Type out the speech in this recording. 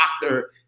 doctor